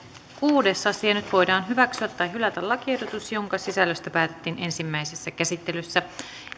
kuudes asia nyt voidaan hyväksyä tai hylätä lakiehdotus jonka sisällöstä päätettiin ensimmäisessä käsittelyssä